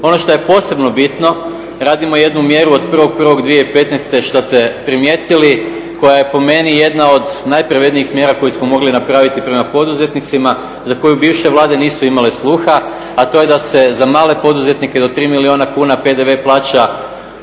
Ono što je posebno bitno, radimo jednu mjeru od 1.1.2015. šta ste primijetili koja je po meni jedna od najpravednijih mjera koje smo mogli napraviti prema poduzetnicima za koju bivše Vlade nisu imale sluha a to je da se za male poduzetnike do 3 milijuna kuna PDV plaća